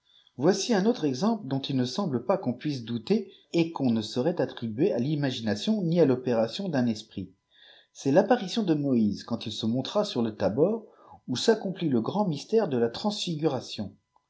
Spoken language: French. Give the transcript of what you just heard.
voici un autre exemple dont il ne semble pas qu'on puisse douter et qu'on ne saurait attribuer à l'imagination ni à l'opération d'un esprit c'est l'apparition de moïse quand il se montra sur le thabor où s'accomplit lé grand mystère de la transfiguration